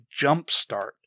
jumpstart